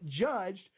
judged